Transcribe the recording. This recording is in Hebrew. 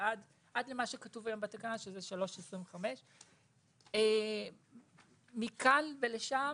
ועד למה שכתוב היום בתקנה שזה 3.25. מכאן ולשם,